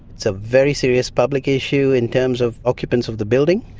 it's a very serious public issue in terms of occupants of the building,